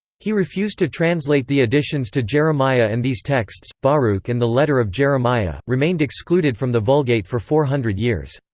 he refused to translate the additions to jeremiah and these texts, baruch and the letter of jeremiah, remained excluded from the vulgate for four hundred years.